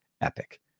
Epic